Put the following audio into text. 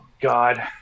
god